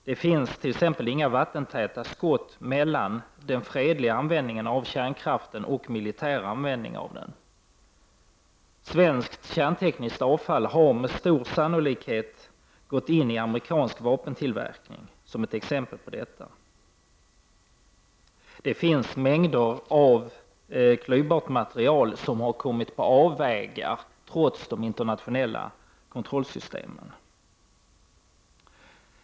Det finns t.ex inga vattentäta skott mellan den fredliga användningen av kärnkraften och den militära. Svenskt kärntekniskt avfall har med stor sannolikhet gått in i amerikansk vapentillverkning. Det finns mängder av klyvbart materiel som har kommit på avvägar trots de internationella kontrollsystemen.